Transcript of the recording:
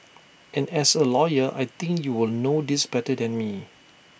and as A lawyer I think you will know this better than me